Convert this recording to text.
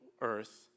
earth